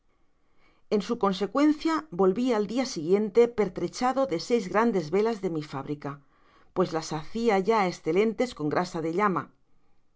en su consecuencia volv a dia siguiente pertrechado de seis grandes velas de mi fabrica pues las hacia va escelentes con grasa de llama el